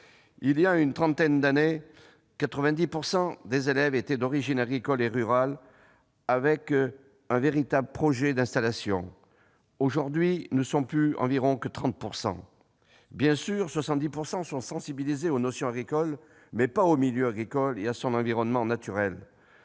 Voilà une trentaine d'années, 90 % des élèves étaient d'origine agricole et rurale et avaient un véritable projet d'installation ; aujourd'hui, ils ne sont plus que 30 % environ dans ce cas. Bien sûr, les autres 70 % sont sensibilisés aux notions agricoles, mais pas au milieu agricole et à son environnement naturel.